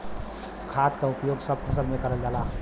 खाद क उपयोग सब फसल में करल जाला